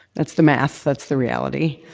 that's the math. that's the reality.